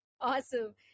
Awesome